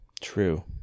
True